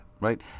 right